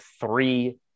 three